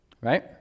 Right